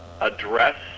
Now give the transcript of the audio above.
address